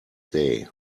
day